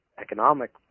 economic